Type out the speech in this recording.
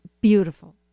beautiful